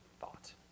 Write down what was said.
thought